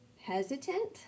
hesitant